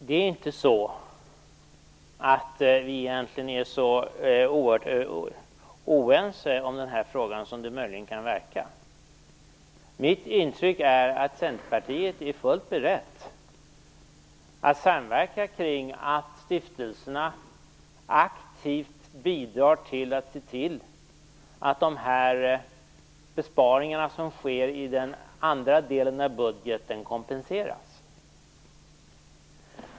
Herr talman! Vi är egentligen inte så oerhört oense i den här frågan som det möjligen kan verka. Mitt intryck är att man inom Centerpartiet är beredd att samverka kring att stiftelserna aktivt bidrar till att se till att besparingarna i den andra delen av budgeten kompenseras.